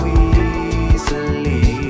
easily